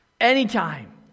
anytime